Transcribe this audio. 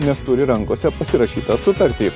nes turi rankose pasirašytą sutartį